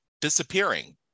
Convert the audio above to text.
disappearing